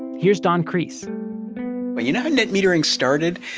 here's don kreis well, you know how net metering started?